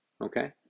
Okay